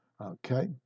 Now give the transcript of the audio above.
Okay